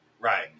Right